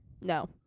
No